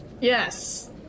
yes